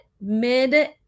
mid